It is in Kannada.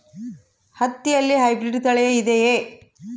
ಹತ್ತಿಯಲ್ಲಿ ಹೈಬ್ರಿಡ್ ತಳಿ ಇದೆಯೇ?